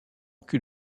cul